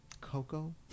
Coco